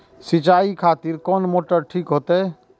सीचाई खातिर कोन मोटर ठीक होते?